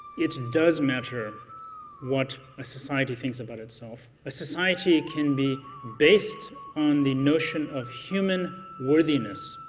it does matter what a society thinks about itself a society can be based on the notion of human worthiness.